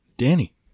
Danny